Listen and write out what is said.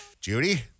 Judy